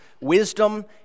wisdom